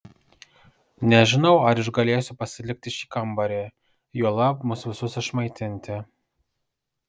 nežinau ar išgalėsiu pasilikti šį kambarį juolab mus visus išmaitinti